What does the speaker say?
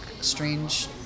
strange